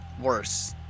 worse